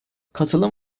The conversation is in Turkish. katılım